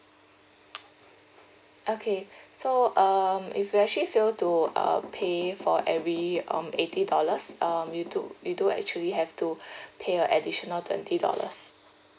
okay so um if you actually fail to uh pay for every um eighty dollars um you do you do actually have to pay a additional twenty dollars